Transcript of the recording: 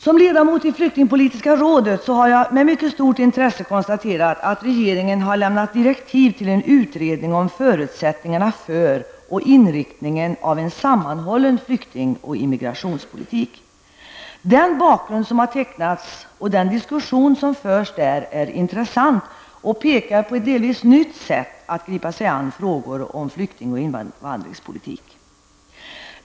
Som ledamot i flyktingpolitiska rådet har jag med mycket stort intresse konstaterat att regeringen har lämnat direktiv till en utredning om förutsättningarna för och inriktningen av en sammanhållen flykting och immigrationspolitik. Den bakgrund som har tecknats och den diskussion som förs där är intressant och pekar på ett delvis nytt sätt att gripa sig an frågor om flykting och invandringspolitik.